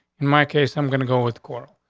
in my case, i'm gonna go with quarrel.